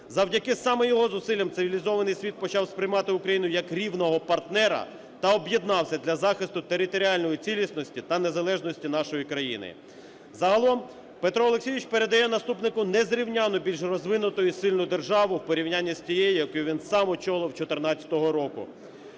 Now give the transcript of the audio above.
Завдяки саме його зусиллям цивілізований світ почав сприймати Україну як рівного партнера та об'єднався для захисту територіальної цілісності та незалежності нашої країни. Загалом Петро Олексійович передає наступнику незрівнянно більш розвинуту і сильну державу у порівнянні з тією, яку він сам очолив 2014 року.